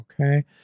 Okay